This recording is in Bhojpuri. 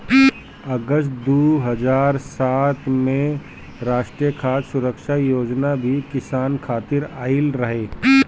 अगस्त दू हज़ार सात में राष्ट्रीय खाद्य सुरक्षा योजना भी किसान खातिर आइल रहे